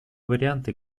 варианты